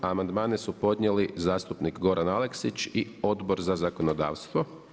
Amandmane su podnijeli zastupnik Goran Aleksić i Odbor za zakonodavstvo.